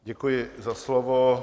Děkuji za slovo.